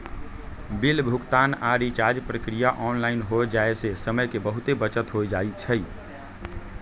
bill भुगतान आऽ recharge प्रक्रिया ऑनलाइन हो जाय से समय के बहुते बचत हो जाइ छइ